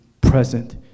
present